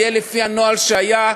זה יהיה לפי הנוהל שהיה,